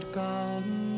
gone